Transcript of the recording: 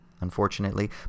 unfortunately